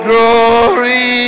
Glory